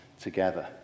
together